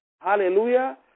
hallelujah